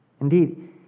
Indeed